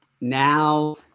Now